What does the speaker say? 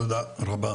תודה רבה.